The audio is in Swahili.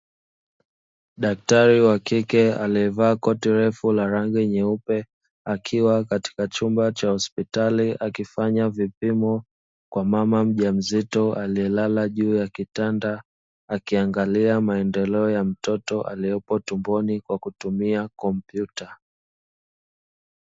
Daktari wa kike aliyevaa koti refu la rangi nyeupe akiwa katika chumba cha hospitali akifanya vipimo kwa mama mjamzito aliyelala juu ya kitanda akiangalia maendeleo ya mtoto aliyepo tumboni kwa kutumia kompyuta.